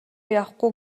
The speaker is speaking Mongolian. явахгүй